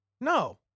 no